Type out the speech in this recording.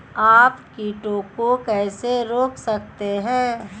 आप कीटों को कैसे रोक सकते हैं?